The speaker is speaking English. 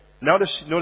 Notice